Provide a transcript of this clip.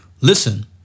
Listen